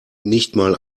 nichtmal